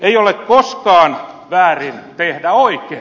ei ole koskaan väärin tehdä oikein